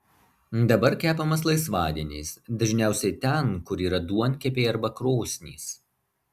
dabar kepamas laisvadieniais dažniausiai ten kur yra duonkepiai arba krosnys